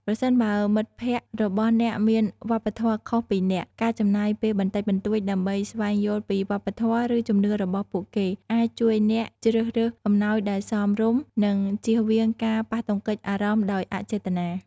ប្រសិនបើមិត្តភក្តិរបស់អ្នកមានវប្បធម៌ខុសពីអ្នក ការចំណាយពេលបន្តិចបន្តួចដើម្បីស្វែងយល់ពីវប្បធម៌ ឬជំនឿរបស់ពួកគេ អាចជួយអ្នកជ្រើសរើសអំណោយដែលសមរម្យ និងជៀសវាងការប៉ះទង្គិចអារម្មណ៍ដោយអចេតនា។